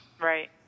Right